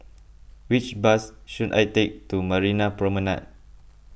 which bus should I take to Marina Promenade